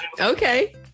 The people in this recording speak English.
Okay